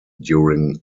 during